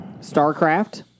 StarCraft